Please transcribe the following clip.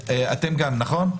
עופר, אתם עונים לנו גם על זה?